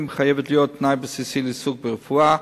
חייבת להיות תנאי בסיסי לעיסוק ברפואה.